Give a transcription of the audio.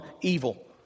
evil